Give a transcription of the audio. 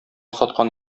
саткан